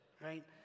right